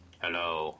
Hello